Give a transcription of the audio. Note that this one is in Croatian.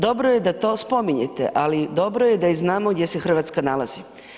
Dobro je da to spominjete, ali dobro je da i znamo gdje se Hrvatska nalazi.